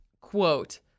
quote